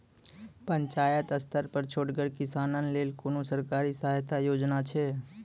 पंचायत स्तर पर छोटगर किसानक लेल कुनू सरकारी सहायता योजना छै?